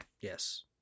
Yes